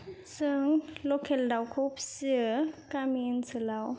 जों लकेल दाउखौ फिसियो गामि ओनसोलाव